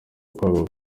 igomba